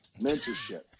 Mentorship